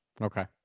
Okay